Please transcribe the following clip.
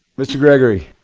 mr. gregory.